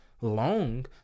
long